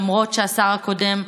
למרות שהשר הקודם,